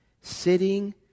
sitting